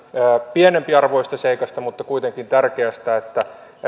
pienempiarvoisesta mutta kuitenkin tärkeästä seikasta että